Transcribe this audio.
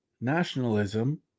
nationalism